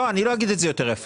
לא, אני לא אגיד את זה יותר יפה.